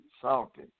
salty